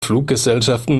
fluggesellschaften